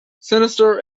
sinister